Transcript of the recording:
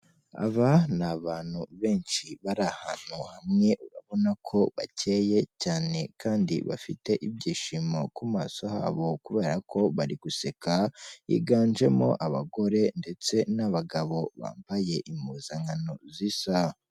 Aba ni abantu benshi bari ahantu hamwe urabona ko bakeye cyane kandi bafite ibyishimo mu maso yabo kubera ko bari guseka, higanjemo abagore ndetse n'abagabo bambaye impuzankano zisa.